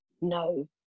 no